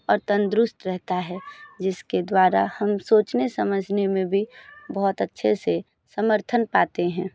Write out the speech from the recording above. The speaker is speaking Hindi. और तंदुरुस्त रहता है जिस के द्वारा हम सोचने समझने में भी बहुत अच्छे से समर्थन पाते हैं